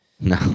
No